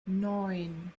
neun